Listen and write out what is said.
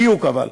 בדיוק אבל.